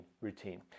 routine